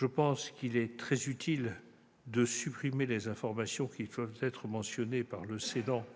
la mesure qui tend à supprimer les informations qui doivent être mentionnées par le cédant